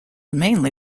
mainly